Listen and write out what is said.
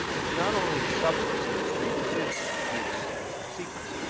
it's not only the substance of these three decisions it's the sequence.